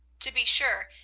to be sure,